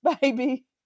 baby